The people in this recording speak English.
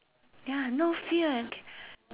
ya no fear and